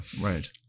right